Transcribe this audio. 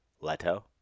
Leto